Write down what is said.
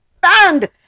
banned